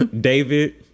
David